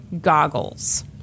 goggles